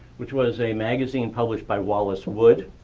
which was a magazine published by wallace wood,